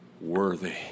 worthy